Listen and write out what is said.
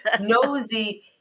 nosy